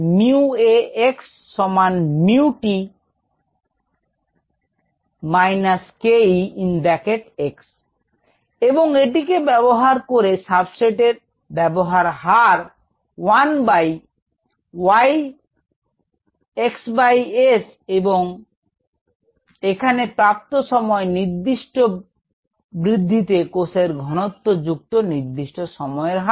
𝑟𝑥 𝜇𝐴 𝑥 𝑥 এবং এটিকে ব্যবহার করে সাবস্ট্রেট এর ব্যবহারের হার 1 বাই Y xs এবং এখানে প্রাপ্ত সময় নির্দিষ্ট বৃদ্ধিতে কোষের ঘনত্ব যুক্ত নির্দিষ্ট সময়ের হার